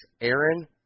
Aaron